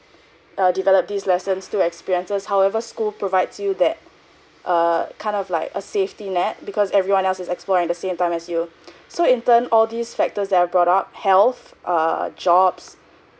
uh develop these lessons through experiences however school provides you that uh kind of like a safety net because everyone else is explore in the same time as you so in turn all these factors that I brought up health err jobs